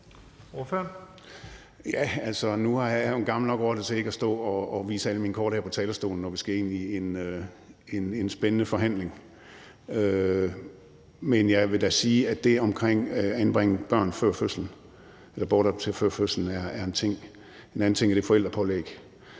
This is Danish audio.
er jeg jo en gammel nok rotte til ikke at stå og vise alle mine kort her på talerstolen, når vi skal ind i en spændende forhandling, men jeg vil da sige, at det omkring at bortadoptere børn før fødslen er én ting. En anden ting er forældrepålægget.